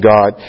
God